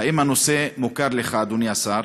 1. האם הנושא מוכר לך, אדוני השר?